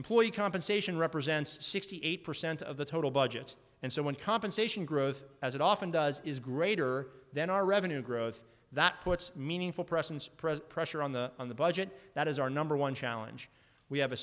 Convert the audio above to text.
employee compensation represents sixty eight percent of the total budget and so when compensation growth as it often does is greater than our revenue growth that puts meaningful presence present pressure on the on the budget that is our number one challenge we have a